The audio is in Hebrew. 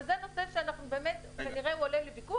אבל זה נושא שכנראה הוא עולה לוויכוח.